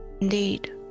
Indeed